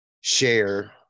share